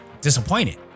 disappointed